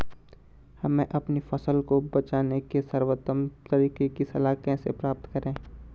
हम अपनी फसल को बचाने के सर्वोत्तम तरीके की सलाह कैसे प्राप्त करें?